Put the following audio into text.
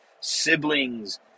siblings